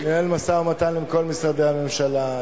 -- וניהל משא-ומתן עם כל משרדי הממשלה.